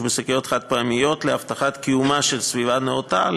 בשקיות חד-פעמיות להבטחת קיומה של סביבה נאותה,